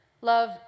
Love